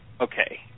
okay